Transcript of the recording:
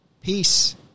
Peace